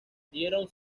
dieron